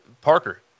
Parker